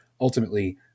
ultimately